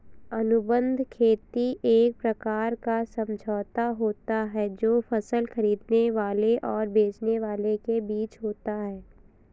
अनुबंध खेती एक प्रकार का समझौता होता है जो फसल खरीदने वाले और बेचने वाले के बीच होता है